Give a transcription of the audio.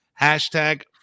hashtag